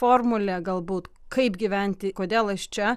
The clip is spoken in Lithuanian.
formulė galbūt kaip gyventi kodėl aš čia